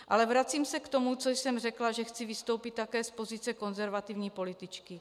Ale vracím se k tomu, co jsem řekla, že chci vystoupit také z pozice konzervativní političky.